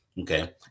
Okay